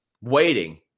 waiting